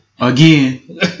Again